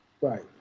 right